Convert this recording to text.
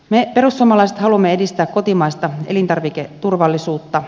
me perussuomalaiset haluamme edistää kotimaista elintarviketurvallisuutta